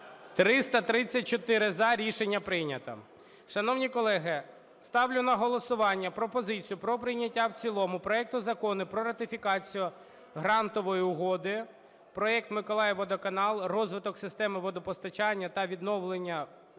За-334 Рішення прийнято. Шановні колеги, ставлю на голосування пропозицію про прийняття в цілому проекту Закону про ратифікацію Грантової угоди (Проект "Миколаївводоканал" (Розвиток системи водопостачання та водовідведення